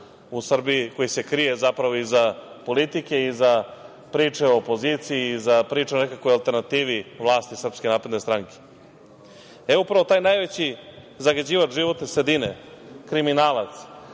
u Srbiji, koji se krije zapravo iza politike, iza priče o opoziciji, iza priče o nekakvoj alternativi vlasti SNS.Upravo taj najveći zagađivač životne sredine, kriminalac,